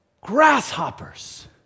grasshoppers